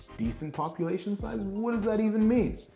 decent population size, what does that even mean?